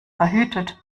verhütet